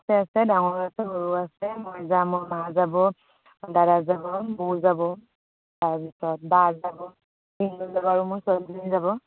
আছে আছে ডাঙৰ আছে সৰু আছে মই যাম মোৰ মা যাব দাদা যাব বৌ যাব তাৰপিছত বা যাব ভিনদেউ যাব আৰু মোৰ ছোৱালীজনী যাব